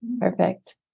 perfect